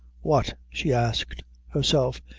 what, she asked herself,